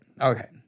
okay